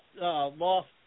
lost